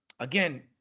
Again